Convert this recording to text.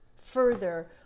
further